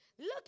Look